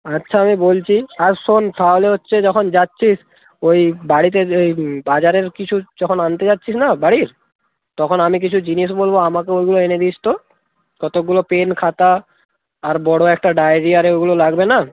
আচ্ছা আমি বলছি আর শোন তাহলে হচ্ছে যখন যাচ্ছিস ওই বাড়িতে ওই বাজারের কিছু যখন আনতে যাচ্ছিস না বাড়ির তখন আমি কিছু জিনিস বলবো আমাকে ওগুলো এনে দিস তো কতকগুলো পেন খাতা আর বড়ো একটা ডায়রি আরে ওগুলো লাগবে না